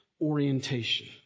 orientation